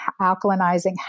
alkalinizing